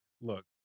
look